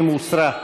50 הוסרה.